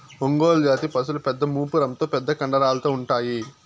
ఒంగోలు జాతి పసులు పెద్ద మూపురంతో పెద్ద కండరాలతో ఉంటాయి